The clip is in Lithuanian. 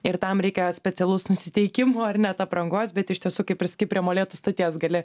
ir tam reikia specialaus nusiteikimo ar net aprangos bet iš tiesų kaip ir sakei prie molėtų stoties gali